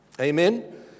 Amen